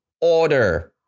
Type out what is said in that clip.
order